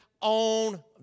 on